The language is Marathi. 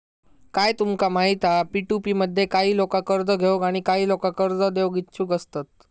काय तुमका माहित हा पी.टू.पी मध्ये काही लोका कर्ज घेऊक आणि काही लोका कर्ज देऊक इच्छुक असतत